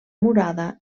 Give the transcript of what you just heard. murada